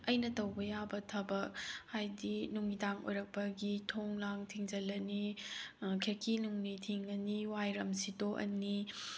ꯑꯩꯅ ꯇꯧꯕ ꯌꯥꯕ ꯊꯕꯛ ꯍꯥꯏꯗꯤ ꯅꯨꯃꯤꯗꯥꯡ ꯑꯣꯏꯔꯛꯄꯒꯤ ꯊꯣꯡ ꯂꯥꯡ ꯊꯤꯡꯖꯤꯜꯂꯅꯤ ꯈꯦꯀꯤ ꯅꯨꯡꯒꯤ ꯊꯤꯉꯅꯤ ꯋꯥꯏꯔꯝ ꯁꯤꯇꯣꯛꯑꯅꯤ